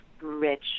rich